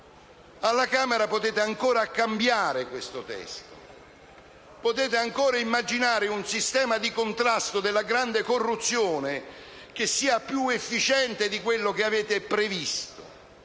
Alla Camera potete ancora cambiare questo testo, potete ancora immaginare un sistema di contrasto alla grande corruzione più efficiente di quello che avete previsto